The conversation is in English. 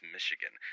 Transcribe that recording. Michigan